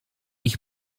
ich